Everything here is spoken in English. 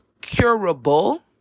curable